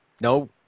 no